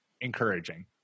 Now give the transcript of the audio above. encouraging